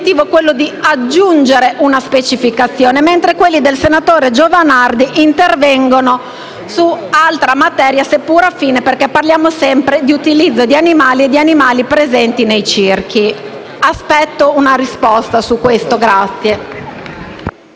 del senatore Giovanardi intervengono su altra materia, seppur affine perché parliamo sempre di utilizzo di animali presenti nei circhi. Aspetto una risposta. *(Applausi